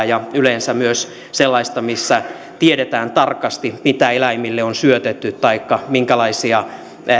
ja yleensä myös sellaista mistä tiedetään tarkasti mitä eläimille on syötetty taikka